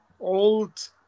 old